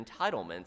entitlements